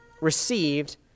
received